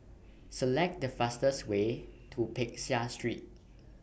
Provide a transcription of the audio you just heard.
Select The fastest Way to Peck Seah Street